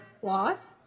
cloth